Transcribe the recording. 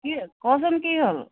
কি কচোন কি হ'ল